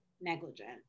negligent